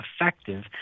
effective